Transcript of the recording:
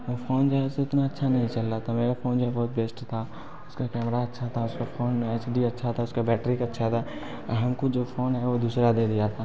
वो फ़ोन जो है ऐसे इतना अच्छा नहीं चल रहा था मेरा फ़ोन जो है बहुत बेस्ट था उसका कैमरा अच्छा था उसका फ़ौन में हेच डी अच्छा था उसका बैटरी का अच्छा था हमको जो फ़ौन है ओ दूसरा दे दिया था